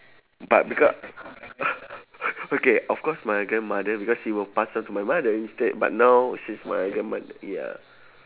but because okay of course my grandmother because she will pass on to my mother instead but now she's my grandmother ya